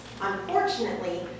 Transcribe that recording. Unfortunately